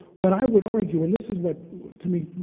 what i would argue, and this is what to me,